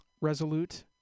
resolute